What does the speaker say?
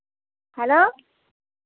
hello